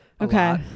Okay